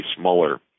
Mueller